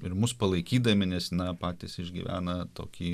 ir mus palaikydami nes na patys išgyvena tokį